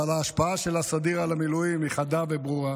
אבל ההשפעה של הסדיר על המילואים היא חדה וברורה.